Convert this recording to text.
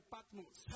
Patmos